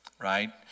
Right